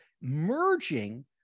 merging